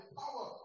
power